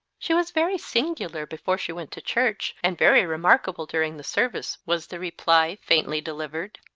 she was very singular before she went to church and very remarkable during the service, was the reply, faintly delivered.